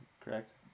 correct